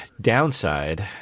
downside